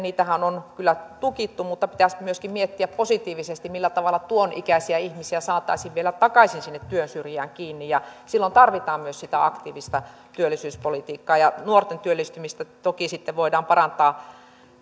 on kyllä tukittu mutta pitäisikö myöskin miettiä positiivisesti millä tavalla tuon ikäisiä ihmisiä saataisiin vielä takaisin sinne työn syrjään kiinni ja silloin tarvitaan myös sitä aktiivista työllisyyspolitiikkaa nuorten työllistymistä toki sitten voidaan parantaa